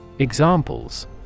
Examples